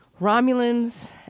Romulans